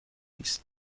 است